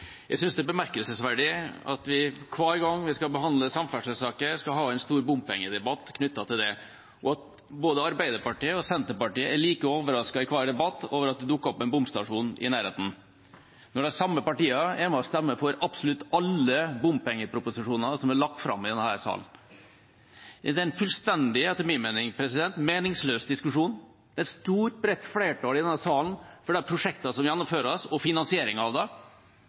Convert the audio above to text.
Jeg synes det er bemerkelsesverdig at vi hver gang vi skal behandle samferdselssaker, skal ha en stor bompengedebatt knyttet til det, og at både Arbeiderpartiet og Senterpartiet er like overrasket i hver debatt over at det dukker opp en bomstasjon i nærheten, når de samme partiene er med på å stemme for absolutt alle bompengeproposisjoner som er lagt fram i denne salen. Det er etter min mening en fullstendig meningsløs diskusjon. Det er et stort, bredt flertall i denne salen for de prosjektene som gjennomføres og finansieringen av